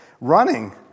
Running